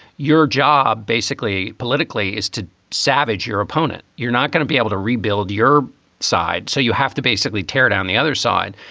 your job basically politically is to savage your opponent. you're not going to be able to rebuild your side. so you have to basically tear down the other side.